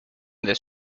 this